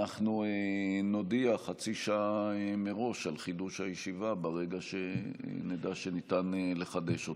אנחנו נודיע חצי שעה מראש על חידוש הישיבה ברגע שנדע שניתן לחדש אותה.